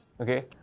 Okay